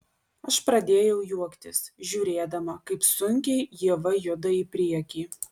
aš pradėjau juoktis žiūrėdama kaip sunkiai ieva juda į priekį